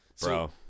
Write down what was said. Bro